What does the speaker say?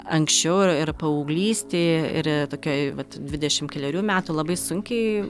anksčiau ir ir paauglystėj ir tokioj vat dvidešim kelerių metų labai sunkiai